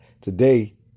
today